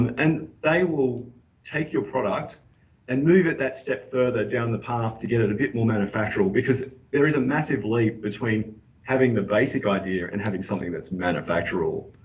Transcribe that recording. and they will take your product and move it that step further down the path to get it a bit more manufacturable. because there is a massive leap between having the basic idea and having something that's manufacturable.